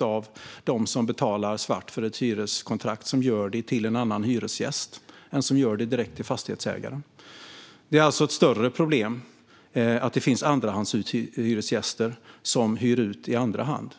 av de som betalar svart för ett hyreskontrakt är det en större andel som gör det till en annan hyresgäst än som betalar direkt till fastighetsägaren. Det är alltså ett stort problem att det finns andrahandshyresgäster som hyr ut i andra hand.